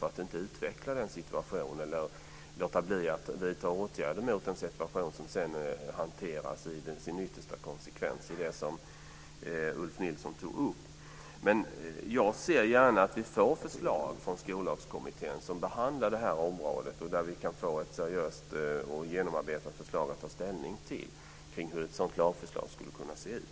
Man får inte låta bli att vidta åtgärder i en sådan situation för att sedan hantera den i dess yttersta konsekvens på det sätt som Ulf Nilsson tog upp. Jag ser gärna att vi får förslag från Skollagskommittén, som behandlar det här området. Därifrån kan vi få ett seriöst och genomarbetat förslag att ta ställning till när det gäller hur en sådan lag skulle kunna se ut.